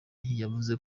yavuze